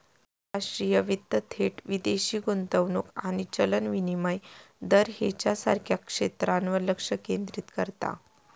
आंतरराष्ट्रीय वित्त थेट विदेशी गुंतवणूक आणि चलन विनिमय दर ह्येच्यासारख्या क्षेत्रांवर लक्ष केंद्रित करता